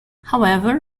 however